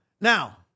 Now